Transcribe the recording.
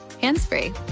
hands-free